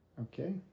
Okay